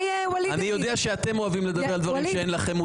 אני יודע שאתם אוהבים לדבר על דברים שאין לכם מושג.